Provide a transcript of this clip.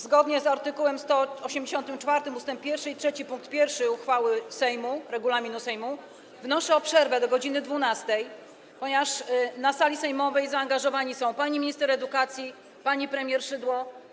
Zgodnie z art. 184 ust. 1 i 3 pkt 1 uchwały Sejmu dotyczącej regulaminu Sejmu wnoszę o przerwę do godz. 12, ponieważ na sali sejmowej zaangażowane są pani minister edukacji, pani premier Szydło.